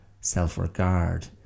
self-regard